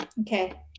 okay